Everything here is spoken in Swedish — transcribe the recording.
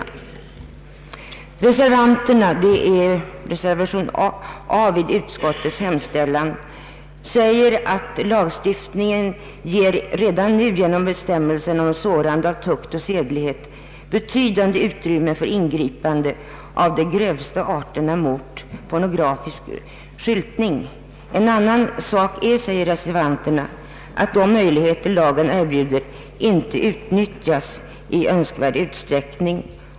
De reservanter som avgivit reservation 1 vid A i utskottets hemställan anför: ”Lagstiftningen ger emellertid redan nu genom bestämmelserna om sårande av tukt och sedlighet betydande utrymme för ingripande mot de grövsta arterna av pornografisk skyltning; en annan sak är att de möjligheter lagen sålunda erbjuder inte utnyttjas i önskvärd utsträckning.